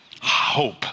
Hope